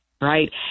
right